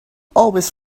always